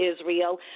Israel